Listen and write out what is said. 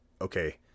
okay